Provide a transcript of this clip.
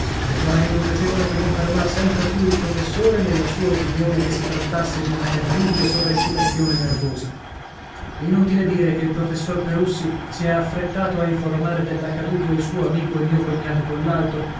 le quali non facevano che confermar sempre più il professore nella sua opinione che si trattasse di una terribile sovraeccitazione nervosa inutile dire che il professor perussi si è affrettato a informare dell'accaduto il suo amico e mio cognato collalto